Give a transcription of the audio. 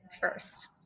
first